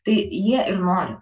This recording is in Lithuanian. tai jie ir nori